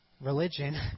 religion